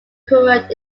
current